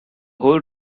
whole